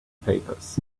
papers